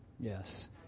Yes